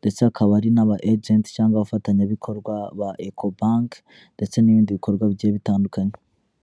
ndetse hakaba hari n'aba ejenti cyangwa abafatanyabikorwa ba Eco banki ndetse n'ibindi bikorwa bigiye bitandukanye.